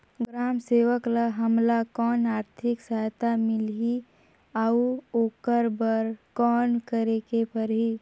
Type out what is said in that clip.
ग्राम सेवक ल हमला कौन आरथिक सहायता मिलही अउ ओकर बर कौन करे के परही?